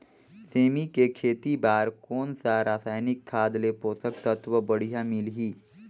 सेमी के खेती बार कोन सा रसायनिक खाद ले पोषक तत्व बढ़िया मिलही?